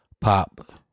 pop